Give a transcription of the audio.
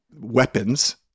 weapons